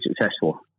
successful